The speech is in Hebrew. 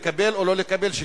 לקבל או לא לקבל,